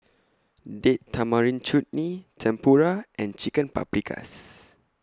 Date Tamarind Chutney Tempura and Chicken Paprikas